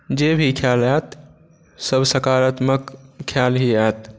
जे भी खिआल आएत सब सकारात्मक खिआल ही आएत